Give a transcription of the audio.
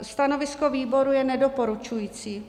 Stanovisko výboru je nedoporučující.